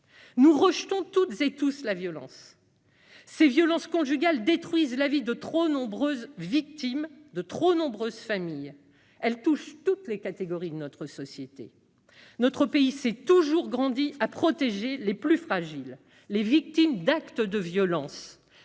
nous rejetons tous la violence. Ces violences conjugales détruisent la vie de trop nombreuses victimes et de trop nombreuses familles. Elles touchent toutes les catégories de notre société. Notre pays s'est toujours grandi à protéger les plus fragiles et les victimes d'actes de violence.